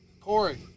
Corey